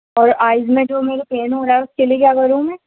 اور آئیز میں جو میرے پین ہو رہا ہے اس کے لئے کیا کروں میں